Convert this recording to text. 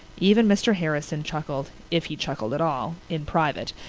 even mr. harrison chuckled, if he chuckled at all, in private,